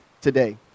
today